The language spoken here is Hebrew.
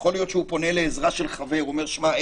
יכול להיות שהוא פונה לעזרה של חבר ואומר: שמע,